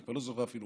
אני כבר לא זוכר מה